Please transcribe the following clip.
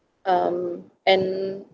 um and